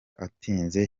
atinze